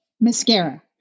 Mascara